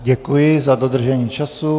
Děkuji za dodržení času.